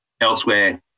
elsewhere